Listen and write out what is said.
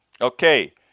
Okay